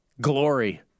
glory